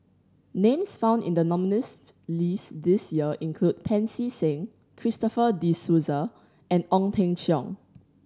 names found in the nominees' list this year include Pancy Seng Christopher De Souza and Ong Teng Cheong